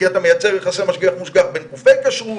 כי אתה מייצר יחסי משגיח-מושגח בין גופי כשרות,